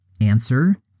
Answer